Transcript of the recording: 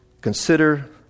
Consider